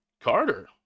Carter